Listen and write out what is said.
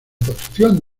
construcción